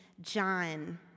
John